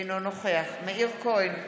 אינו נוכח מאיר כהן,